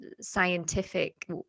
scientific